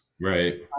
Right